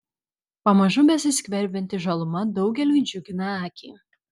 pamažu besiskverbianti žaluma daugeliui džiugina akį